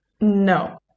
no